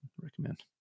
recommend